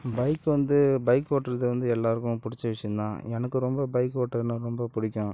bike வந்து bike ஓட்டுறது வந்து எல்லோர்க்குமே பிடிச்ச விஷயம் தான் எனக்கு ரொம்ப பைக் ஓட்டுறதுன்னா ரொம்ப பிடிக்கும்